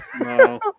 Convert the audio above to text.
No